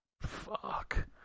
fuck